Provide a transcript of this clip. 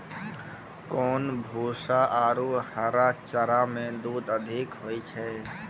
कोन भूसा आरु हरा चारा मे दूध अधिक होय छै?